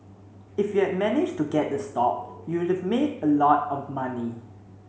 if you had managed to get the stock you'd have made a lot of money